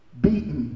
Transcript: Beaten